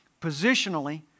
positionally